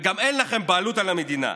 וגם אין לכם בעלות על המדינה.